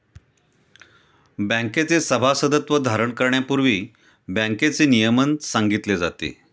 बँकेचे सभासदत्व धारण करण्यापूर्वी बँकेचे नियमन सांगितले जाते